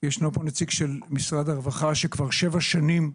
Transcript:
נציג של משרד הרווחה שכבר שבע שנים,